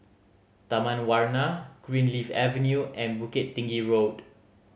Taman Warna Greenleaf Avenue and Bukit Tinggi Road